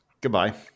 Goodbye